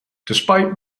despite